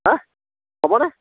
হাঁ হ'বনে